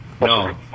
No